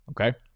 okay